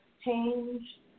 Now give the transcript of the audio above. change